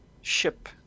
ship